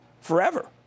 forever